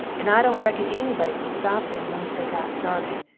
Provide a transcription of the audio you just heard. and i dont rekon ennybody cood stop them once they got started.